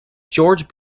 george